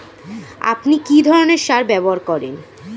আপনি কী ধরনের সার ব্যবহার করেন?